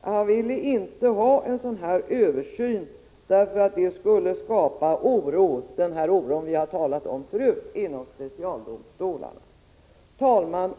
Han vill inte ha en översyn därför att den skulle kunna skapa oro — sådan oro som vi har talat om förut — inom specialdomstolarna. Herr talman!